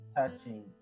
touching